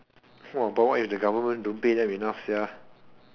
!wah! but what if the government don't pay them enough sia